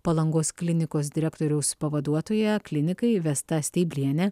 palangos klinikos direktoriaus pavaduotoja klinikai vesta steiblienė